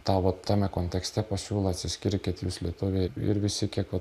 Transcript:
tau vat tame kontekste pasiūlo atsiskirkit jūs lietuviai ir visi kiek vat